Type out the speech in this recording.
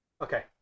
Okay